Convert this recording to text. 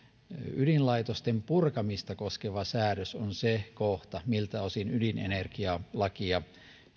ydinlaitosten purkamista koskeva säädös on se kohta miltä osin ydinenergialakia